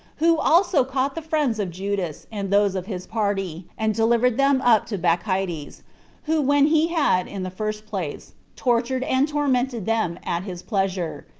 who also caught the friends of judas, and those of his party, and delivered them up to bacchides, who when he had, in the first place, tortured and tormented them at his pleasure,